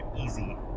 easy